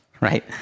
right